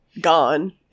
gone